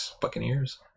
Buccaneers